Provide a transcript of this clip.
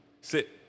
sit